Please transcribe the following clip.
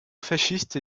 fasciste